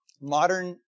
Modern